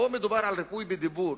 פה מדובר על ריפוי בדיבור.